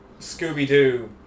Scooby-Doo